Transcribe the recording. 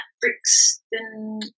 Brixton